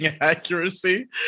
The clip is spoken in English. accuracy